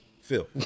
Phil